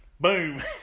Boom